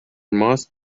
must